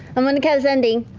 i'm going to cast sending.